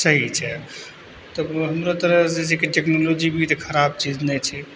सही छै तऽ हमरो तरहसँ जे छै कि टेक्नोलॉजी भी तऽ खराब चीज नहि छै